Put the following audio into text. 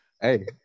Hey